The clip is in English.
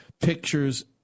pictures